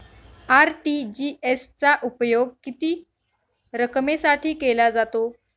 RTGS चा उपयोग किती रकमेसाठी केला जातो?